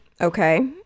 Okay